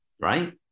right